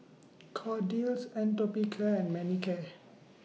Kordel's Atopiclair and Manicare